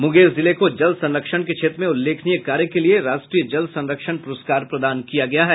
मुंगेर जिले को जल संरक्षण के क्षेत्र में उल्लेखनीय कार्य के लिये राष्ट्रीय जल संरक्षण पुरस्कार प्रदान किया गया है